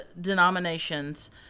denominations